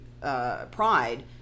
Pride